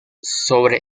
sobre